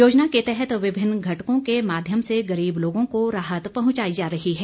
योजना के तहत विभिन्न घटकों के माध्यम से गरीब लोगों को राहत पहुंचाई जा रही है